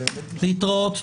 להתראות.